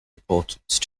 importance